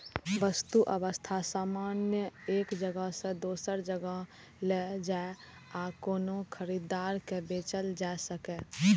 वस्तु अथवा सामान एक जगह सं दोसर जगह लए जाए आ कोनो खरीदार के बेचल जा सकै